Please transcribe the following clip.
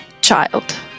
child